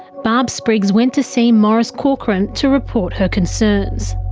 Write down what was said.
barb spriggs went to see maurice corcoran to report her concerns.